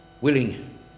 willing